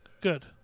Good